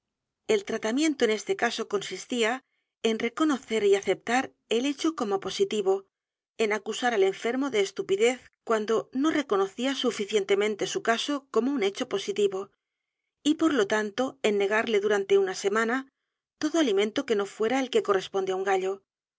t o en este caso consistía en reconocer y aceptar el hecho como positivo en acusar al enfermo de estupidez cuando no reconocía suficientemente su caso como un hecho positivo y por lo tanto en negarle durante una semana todo alimento que no fuera el que corresponde á un gallo